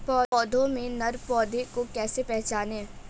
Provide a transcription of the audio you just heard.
पौधों में नर पौधे को कैसे पहचानें?